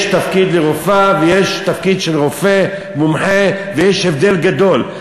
יש תפקיד לרופאה ויש תפקיד של רופא מומחה ויש הבדל גדול,